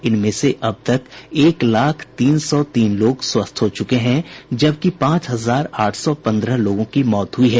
इनमें से अब तक एक लाख तीन सौ तीन लोग स्वस्थ हो चुके हैं जबकि पांच हजार आठ सौ पंद्रह लोगों की मौत हुई है